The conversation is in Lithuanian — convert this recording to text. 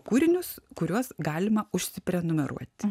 kūrinius kuriuos galima užsiprenumeruot